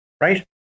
right